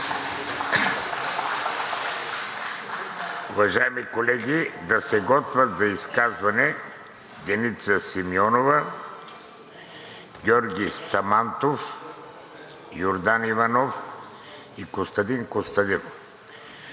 Уважаеми колеги, да се подготвят за изказване Деница Симеонова, Георги Самандов, Йордан Иванов и Костадин Костадинов.